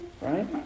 Right